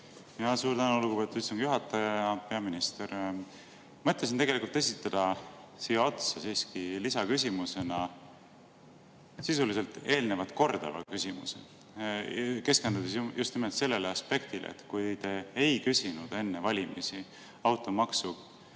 Suur tänu, lugupeetud istungi juhataja! Hea peaminister! Mõtlesin tegelikult esitada siia otsa lisaküsimusena sisuliselt eelnevat kordava küsimuse, keskendudes just nimelt sellele aspektile, et kui te ei küsinud enne valimisi automaksu